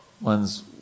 one's